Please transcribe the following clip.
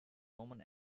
roman